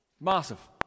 Massive